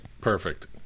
Perfect